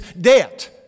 debt